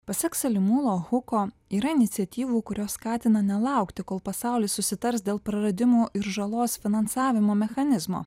pasak salimūno huko yra iniciatyvų kurios skatina nelaukti kol pasaulis susitars dėl praradimų ir žalos finansavimo mechanizmo